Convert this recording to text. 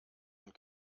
und